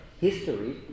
history